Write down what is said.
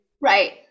Right